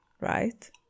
right